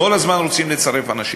כל הזמן רוצים לצרף אנשים,